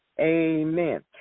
Amen